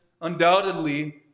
undoubtedly